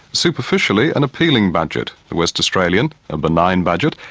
superficially an appealing budget. the west australian, a benign budget.